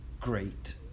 great